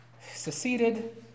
seceded